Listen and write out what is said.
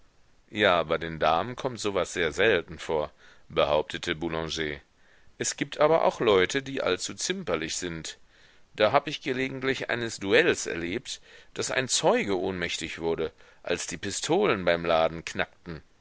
ja bei damen kommt so was sehr selten vor behauptete boulanger es gibt aber auch leute die allzu zimperlich sind da hab ich gelegentlich eines duells erlebt daß ein zeuge ohnmächtig wurde als die pistolen beim laden knackten